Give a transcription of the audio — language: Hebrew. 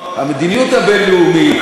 המדיניות הבין-לאומית,